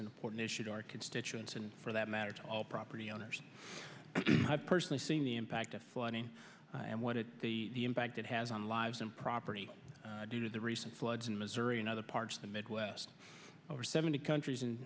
important issue to our constituents and for that matter to all property owners i personally seen the impact of flooding and what it the fact it has on lives and property due to the recent floods in missouri and other parts of the midwest over seventy countries